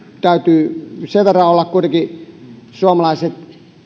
täytyy sen verran olla kuitenkin suomalaisten